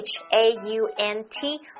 H-A-U-N-T